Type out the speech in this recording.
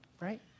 right